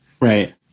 Right